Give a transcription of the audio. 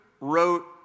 wrote